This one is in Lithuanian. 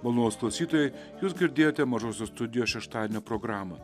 malonūs klausytojai jūs girdėjote mažosios studijos šeštadienio programą